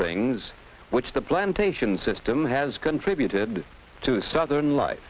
things which the plantation system has contributed to the southern li